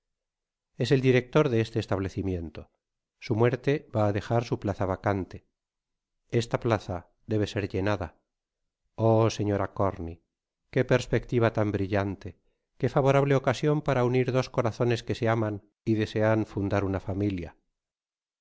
es el director de este establecimiento su muerte vá á dejar su plaza vacan te esta plaza debe ser llenada oh señora corney qué perspectiva tan brillante qué favorable ocasion para unir dos corazones que se aman y desean fundar una familia